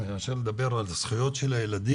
חבר הכנסת עלי סלאלחה.